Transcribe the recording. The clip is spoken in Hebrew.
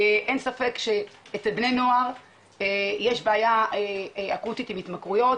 אין ספק שאצל בני נוער יש בעיה אקוטית עם התמכרויות,